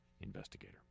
investigator